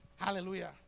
hallelujah